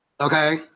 okay